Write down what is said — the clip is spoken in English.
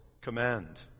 command